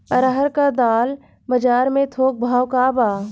अरहर क दाल बजार में थोक भाव का बा?